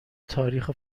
تاریخ